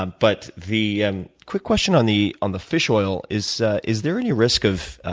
ah but the and quick question on the on the fish oil, is is there any risk of